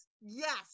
Yes